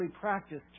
practiced